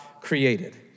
created